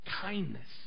kindness